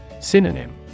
Synonym